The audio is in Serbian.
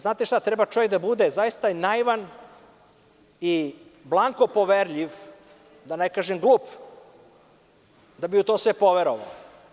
Znate šta, treba čovek da bude zaista naivan, blanko-poverljiv, da ne kažem glup, da bi u to sve poverovao.